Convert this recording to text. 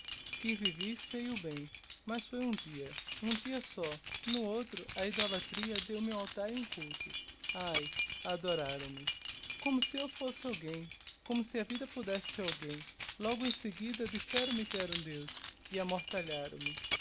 que vivi sei o eu bem mas foi um dia um dia só no outro a idolatria deu-me um altar e um culto ai adoraram me como se eu fosse alguem como se a vida podesse ser alguem logo em seguida disseram que era um deus e